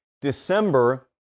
December